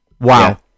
Wow